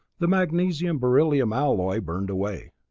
the magnesium-beryllium alloy burned away.